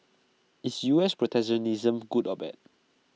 is U S protectionism good or bad